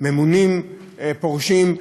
ממונים פורשים,